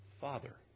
Father